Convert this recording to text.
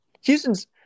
Houston's